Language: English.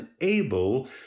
unable